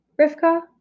Rivka